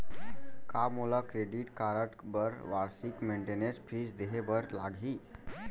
का मोला credit card बर वार्षिक मेंटेनेंस फीस देहे बर लागही?